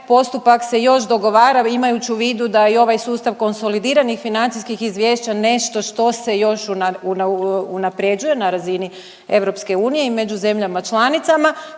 postupak se još dogovara, imajući u vidu da je i ovaj sustav konsolidiranih financijskih izvješća nešto što se još unaprjeđuje na razini EU i među zemljama članicama.